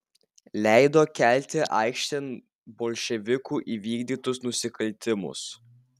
leido kelti aikštėn bolševikų įvykdytus nusikaltimus